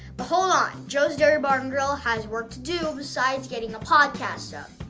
but hold on! joe's dairy bar and grill has work to do besides getting a podcast up.